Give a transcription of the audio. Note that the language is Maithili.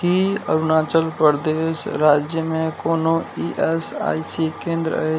कि अरुणाचल प्रदेश राज्यमे कोनो ई एस आइ सी केन्द्र अछि